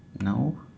no